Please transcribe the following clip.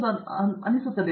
professor